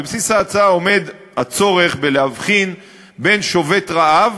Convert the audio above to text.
בבסיס ההצעה עומד הצורך להבחין בין שובת רעב